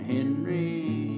Henry